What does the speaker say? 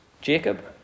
Jacob